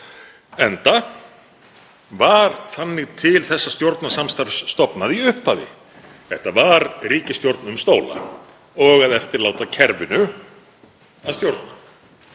Enda var þannig til þessa stjórnarsamstarfs stofnað í upphafi. Þetta var ríkisstjórn um stóla og að eftirláta kerfinu að stjórna.